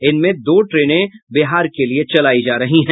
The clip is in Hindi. इनमें दो ट्रेनें बिहार के लिये चलायी जा रही है